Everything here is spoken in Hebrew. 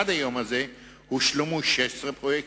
עד היום הזה הושלמו 16 פרויקטים,